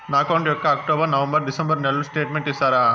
నా అకౌంట్ యొక్క October, November, December నెలల స్టేట్మెంట్ ఇస్తారా?